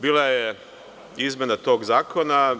Bilo je izmena tog zakona.